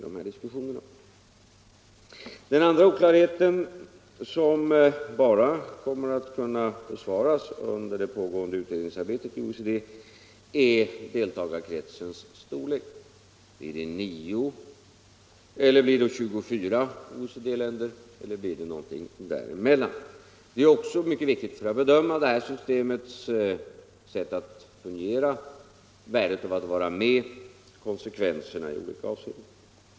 För det andra är det — och den oklarheten kommer att kunna undanröjas bara under det pågående utredningsarbetet i OECD — fråga om deltagarkretsens storlek. Blir det 9 eller 24 OECD-länder eller någonting däremellan? Det är också mycket viktigt för att bedöma det här systemets sätt att fungera, värdet att vara med och konsekvenserna i olika avseenden.